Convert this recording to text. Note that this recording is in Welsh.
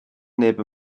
neb